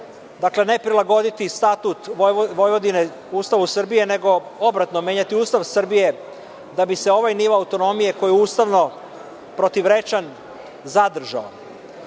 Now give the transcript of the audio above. Dakle, ne prilagoditi Statut Vojvodine Ustavu Srbije, nego obratno, menjati Ustav Srbije, da bi se ovaj nivo autonomije, koji je ustavno protivrečan, zadržao.